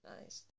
nice